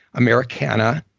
americana,